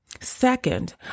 Second